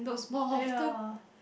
uh yeah